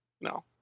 no